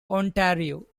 ontario